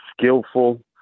skillful